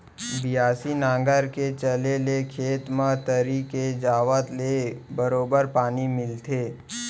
बियासी नांगर के चले ले खेत म तरी के जावत ले बरोबर पानी मिलथे